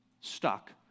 stuck